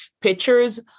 pictures